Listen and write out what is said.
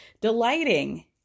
delighting